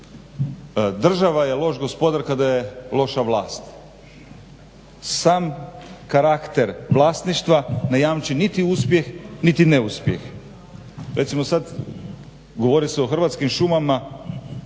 Država je loš gospodar kada je loša vlast. Sam karakter vlasništva ne jamči niti uspjeh niti neuspjeh. Recimo sad govori se o hrvatskim šumama.